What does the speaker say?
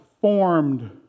formed